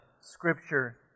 Scripture